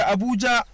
Abuja